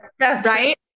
Right